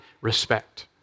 respect